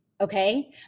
Okay